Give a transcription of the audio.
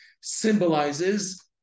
symbolizes